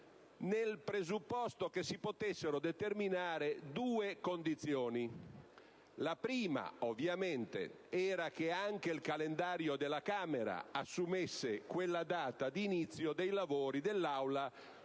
nel presupposto che si potessero determinare due condizioni. La prima era che anche il calendario della Camera assumesse quella data per l'inizio dei lavori dell'Aula